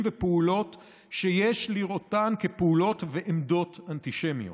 ופעולות שיש לראותן כפעולות ועמדות אנטישמיות.